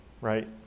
right